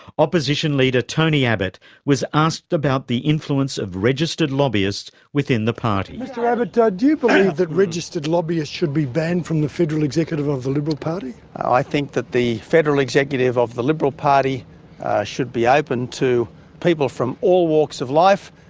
opposition leader tony abbott was asked about the influence of registered lobbyists within the party. mr abbott, ah do you believe that registered lobbyists should be banned from the federal executive of the liberal party? i think that the federal executive of the liberal party should be open to people from all walks of life.